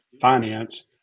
finance